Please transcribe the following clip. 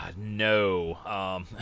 No